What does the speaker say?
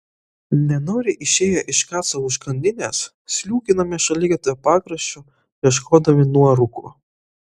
nenoriai išėję iš kaco užkandinės sliūkinome šaligatvio pakraščiu ieškodami nuorūkų